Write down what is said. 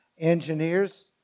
Engineers